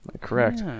correct